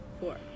Four